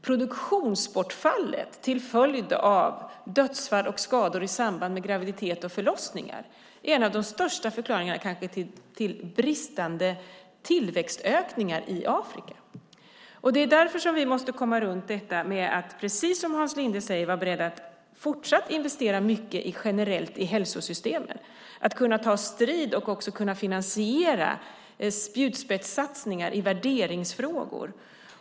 Produktionsbortfallet till följd av dödsfall och skador i samband med graviditeter och förlossningar är en av de största förklaringarna till bristande tillväxtökningar i Afrika. Det är därför som vi måste komma runt att, precis som Hans Linde säger, vara beredda att fortsatt investera mycket generellt i hälsosystemen, att ta strid och finansiera spjutspetssatsningar i värderingsfrågor.